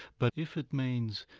but if it means,